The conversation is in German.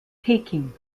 peking